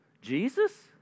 Jesus